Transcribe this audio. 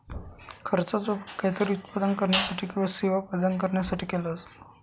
खर्चाचा उपयोग काहीतरी उत्पादन करण्यासाठी किंवा सेवा प्रदान करण्यासाठी केला जातो